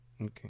Okay